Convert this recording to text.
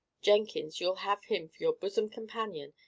jenkins, you'll have him for your bosom companion,